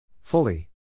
Fully